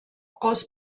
aus